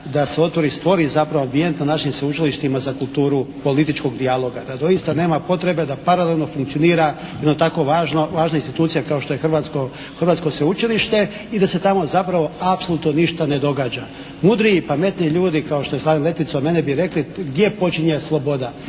da se otvori, stvori zapravo ambijent na našim sveučilištima za kulturu političkog dijaloga, da doista nema potrebe da paralelno funkcionira jedna takva važna institucija kao što je hrvatsko sveučilište i da se tamo zapravo apsolutno ništa ne događa. Mudri i pametni ljudi kao što je Slaven Letica od mene bi rekli gdje počinje sloboda.